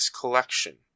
collection